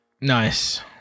Nice